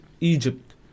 Egypt